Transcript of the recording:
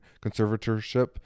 conservatorship